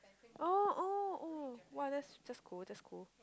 oh oh oh !wah! that's that's cool that's cool